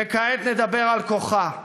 וכעת נדבר על כוחה,